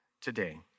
today